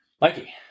Mikey